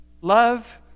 Love